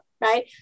right